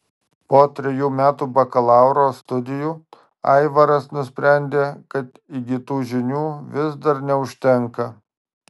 po trejų metų bakalauro studijų aivaras nusprendė kad įgytų žinių vis dar neužtenka